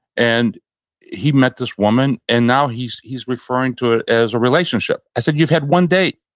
and he met this woman and now he's he's referring to it as a relationship. i said, you've had one date.